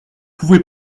pouvez